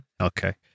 Okay